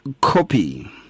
copy